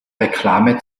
reklame